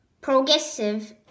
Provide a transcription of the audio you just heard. progressive